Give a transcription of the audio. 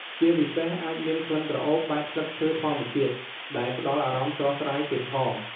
ជាពិសេស អាចមានក្លិនក្រអូប បែបស្លឹកឈើធម្មជាតិ ដែលផ្ដល់អារម្មណ៍ស្រស់ស្រាយទៀតផង។